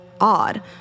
odd